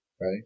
right